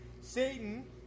Satan